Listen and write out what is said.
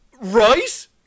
Right